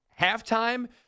halftime